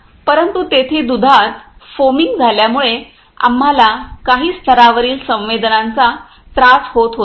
परंतु तेथे दुधात फोमिंग झाल्यामुळे आम्हाला काही स्तरातील संवेदनांचा त्रास होत होता